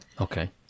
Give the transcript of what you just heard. Okay